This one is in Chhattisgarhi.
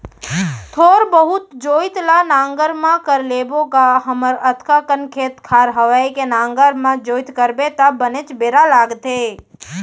थोर बहुत जोइत ल नांगर म कर लेबो गा हमर अतका कन खेत खार हवय के नांगर म जोइत करबे त बनेच बेरा लागथे